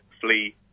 flee